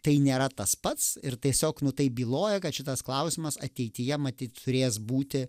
tai nėra tas pats ir tiesiog nu tai byloja kad šitas klausimas ateityje matyt turės būti